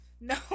no